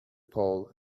pole